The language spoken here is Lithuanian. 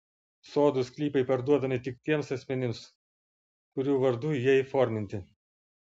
sodų sklypai parduodami tik tiems asmenims kurių vardu jie įforminti